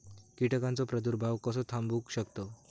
कीटकांचो प्रादुर्भाव कसो थांबवू शकतव?